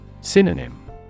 Synonym